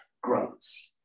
grows